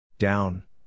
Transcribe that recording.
Down